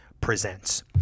presents